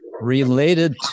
related